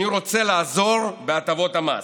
אני רוצה לעזור בהטבות המס.